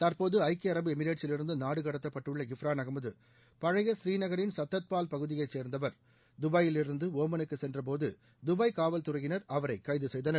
தற்போது ஐக்கிய அரபு எமிரேட்ஸிலிருந்து நாடுகடத்தப்பட்டுள்ள இப்ரான் அகமது பழைய ஸ்ரீநகின் சத்தத்பால் பகுதியைச் சேர்ந்தவர் அவர் துபாயிலிருந்து ஒமலுக்கு சென்றபோது துபாய் காவல்துறையினர் அவரை கைது செய்தனர்